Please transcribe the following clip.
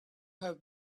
have